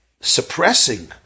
suppressing